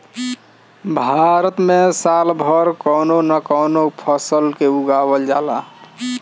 भारत में साल भर कवनो न कवनो फसल के उगावल जाला